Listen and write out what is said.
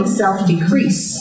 self-decrease